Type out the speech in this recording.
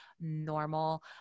normal